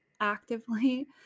actively